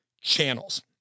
channels